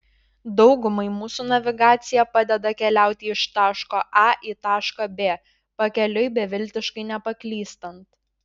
daugumai mūsų navigacija padeda keliauti iš taško a į tašką b pakeliui beviltiškai nepaklystant